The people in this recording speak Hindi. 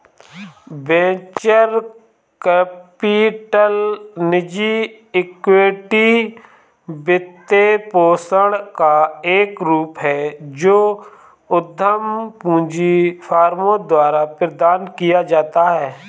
वेंचर कैपिटल निजी इक्विटी वित्तपोषण का एक रूप है जो उद्यम पूंजी फर्मों द्वारा प्रदान किया जाता है